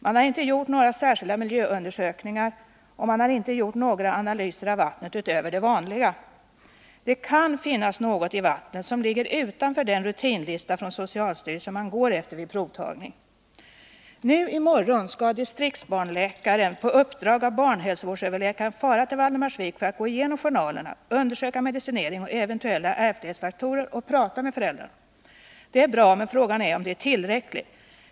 Man har inte heller gjort några särskilda miljöundersökningar och inte några analyser av vattnet utöver de vanliga. Det kan finnas något i vattnet som ligger utanför den rutinlista från socialstyrelsen som man går efter vid provtagning. I morgon skall distriktsbarnläkaren på uppdrag av barnhälsovårdsöverläkaren fara till Valdemarsvik för att gå igenom journalerna, undersöka medicinering och eventuella ärftlighetsfaktorer och prata med föräldrarna. Det är bra, men frågan är om det är tillräckligt.